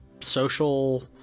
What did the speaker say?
social